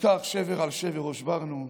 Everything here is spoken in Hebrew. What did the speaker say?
וכך שבר על שבר הושברנו,